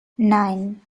nine